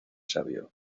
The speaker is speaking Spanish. sabio